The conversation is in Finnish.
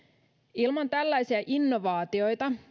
ilman tällaisia innovaatioita